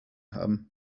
haben